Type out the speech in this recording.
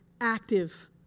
active